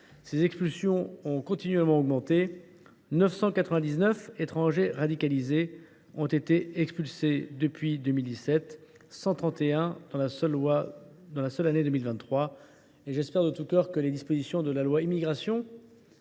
Ces expulsions ont continuellement augmenté ; 999 étrangers radicalisés ont été expulsés depuis 2017, dont 131 au cours de la seule année 2023. J’espère de tout cœur que les dispositions supplémentaires